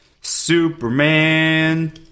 Superman